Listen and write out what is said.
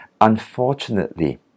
Unfortunately